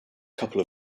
couple